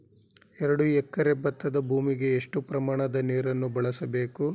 ಎರಡು ಎಕರೆ ಭತ್ತದ ಭೂಮಿಗೆ ಎಷ್ಟು ಪ್ರಮಾಣದ ನೀರನ್ನು ಬಳಸಬೇಕು?